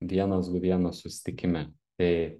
vienas du vienas susitikime tai